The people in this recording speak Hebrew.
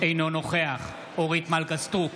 אינו נוכח אורית מלכה סטרוק,